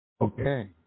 okay